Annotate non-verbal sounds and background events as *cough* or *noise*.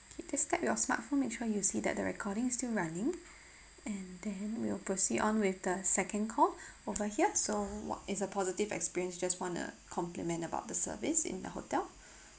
okay just tap your smartphone make sure you see that the recording is still running and then we'll proceed on with the second call *breath* over here so what is a positive experience just want a compliment about the service in the hotel *breath*